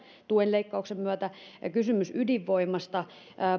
tuen leikkauksen myötä kysymys ydinvoimasta